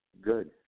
Good